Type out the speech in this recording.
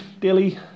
daily